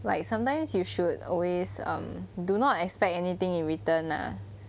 like sometimes you should always um do not expect anything in return lah